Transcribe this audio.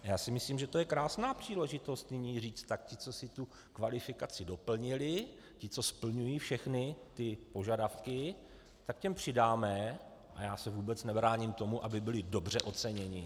Já si myslím, že to je krásná příležitost nyní říct: tak ti, co si tu kvalifikaci doplnili, ti, co splňují všechny ty požadavky, tak těm přidáme, a já se vůbec nebráním tomu, aby byli dobře oceněni.